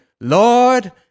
Lord